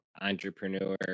entrepreneur